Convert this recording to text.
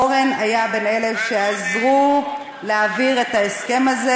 אורן היה בין אלה שעזרו להעביר את ההסכם הזה.